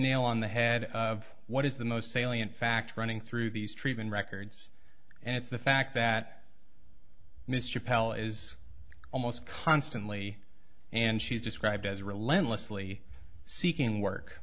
nail on the head of what is the most salient fact running through these treatment records and it's the fact that mr pell is almost constantly and she's described as relentlessly seeking work